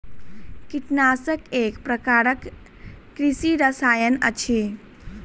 कीटनाशक एक प्रकारक कृषि रसायन अछि